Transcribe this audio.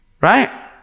Right